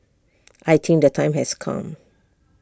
I think the time has come